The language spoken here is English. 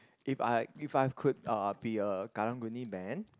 if I if I've could be uh be a Karang-Guni Man